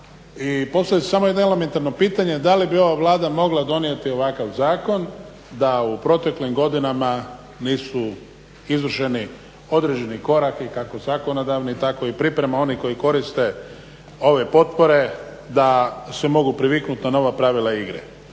i postavlja se samo jedno elementarno pitanje da li ova Vlada mogla donijeti ovakav zakon da u proteklim godinama nisu izvršeni određeni koraki kako zakonodavni tako i priprema onih koji koriste ove potpore da se mogu priviknuti na nova pravila igre?